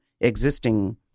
existing